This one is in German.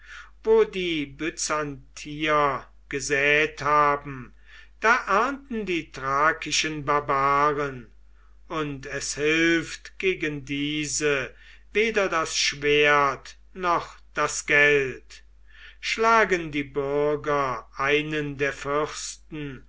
wo die byzantier gesät haben da ernten die thrakischen barbaren und es hilft gegen diese weder das schwert noch das geld schlagen die bürger einen der fürsten